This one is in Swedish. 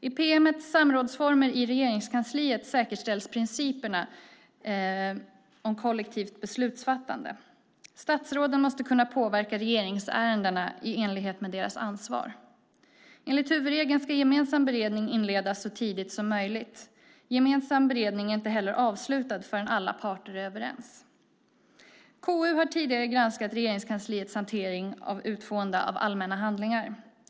I pm:et Samrådsformer i Regeringskansliet säkerställs principerna om kollektivt beslutsfattande. Statsråden måste kunna påverka regeringsärendena i enlighet med sitt ansvar. Enligt huvudregeln ska gemensam beredning inledas så tidigt som möjligt. Den gemensamma beredningen är inte heller avslutad förrän alla parter är överens. KU har tidigare granskat Regeringskansliets hantering av utfående av allmänna handlingar.